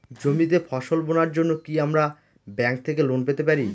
জমিতে ফসল বোনার জন্য কি আমরা ব্যঙ্ক থেকে লোন পেতে পারি?